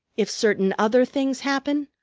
if certain other things happen,